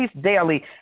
daily